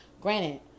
Granted